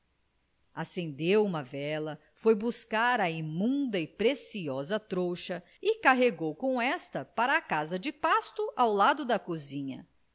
acendeu uma vela foi buscar a imunda e preciosa trouxa e carregou com esta para a casa de pasto ao lado da cozinha